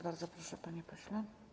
Bardzo proszę, panie pośle.